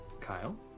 Kyle